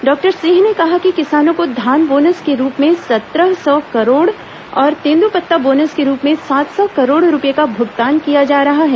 doctor Singh ने कहा कि किसानों को धान बोनस के रूप में सत्रह सौ करोड़ और तेंदूपत्ता बोनस के रूप में सात सौ करोड़ रूपए का भुगतान किया जा रहा है